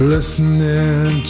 Listening